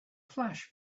flash